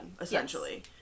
essentially